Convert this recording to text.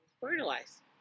fertilize